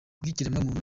bw’ikiremwamuntu